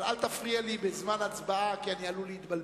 אבל, אל תפריע לי בזמן הצבעה כי אני עלול להתבלבל.